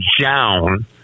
down